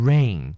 Rain